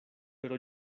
pero